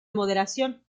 moderación